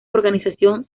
organización